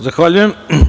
Zahvaljujem.